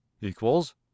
equals